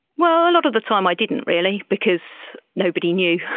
well, a lot of the time i didn't really because nobody knew,